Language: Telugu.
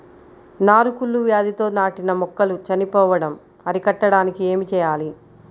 నారు కుళ్ళు వ్యాధితో నాటిన మొక్కలు చనిపోవడం అరికట్టడానికి ఏమి చేయాలి?